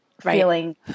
feeling